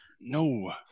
No